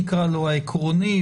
העקרוני,